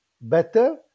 better